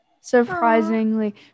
surprisingly